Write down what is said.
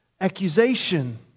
accusation